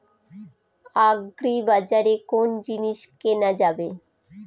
আগ্রিবাজারে কোন জিনিস কেনা যাবে?